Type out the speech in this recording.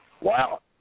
Wow